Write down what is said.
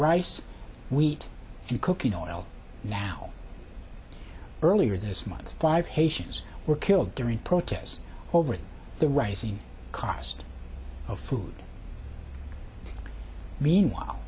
rice wheat and cooking oil now earlier this month five haitians were killed during protests over the rising cost of food meanwhile